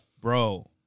bro